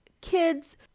kids